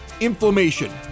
inflammation